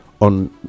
on